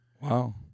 Wow